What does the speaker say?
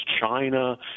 China